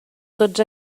tots